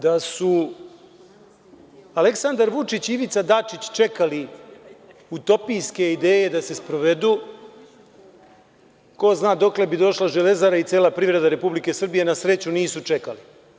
Da su Aleksandar Vučić i Ivica Dačić čekali utopijske ideje da se sprovedu, ko zna dokle bi došla „Železara“ i cela privreda Republike Srbije a, na sreću, nisu čekali.